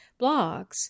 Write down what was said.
blogs